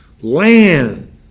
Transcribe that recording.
land